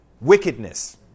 wickedness